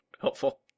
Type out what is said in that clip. Helpful